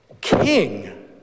king